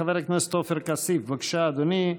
חבר הכנסת עופר כסיף, בבקשה, אדוני.